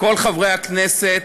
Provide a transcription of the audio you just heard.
כל חברי הכנסת,